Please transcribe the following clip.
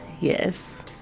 yes